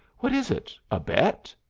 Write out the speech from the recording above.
what is it a bet?